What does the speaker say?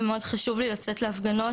ומאוד חשוב לי לצאת להפגנות,